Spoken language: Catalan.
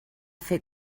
fer